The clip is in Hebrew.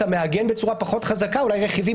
אתה מעגן בצורה פחות חזקה אולי רכיבים